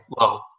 low